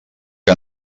que